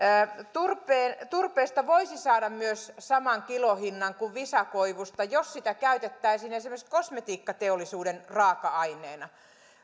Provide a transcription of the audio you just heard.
turpeesta voisi saada saman kilohinnan kuin visakoivusta jos sitä käytettäisiin esimerkiksi kosmetiikkateollisuuden raaka aineena